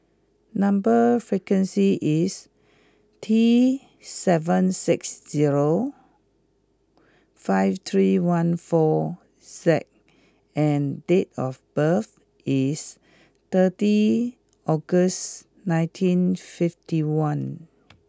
number sequence is T seven six zero five three one four Z and date of birth is thirty August nineteen fifty one